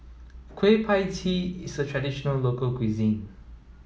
Kueh Pie Tee is a traditional local cuisine